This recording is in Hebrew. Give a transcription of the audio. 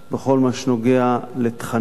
בכל מה שנוגע לתכנים